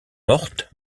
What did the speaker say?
morte